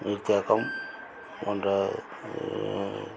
நீர் தேக்கம் போன்ற